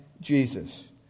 Jesus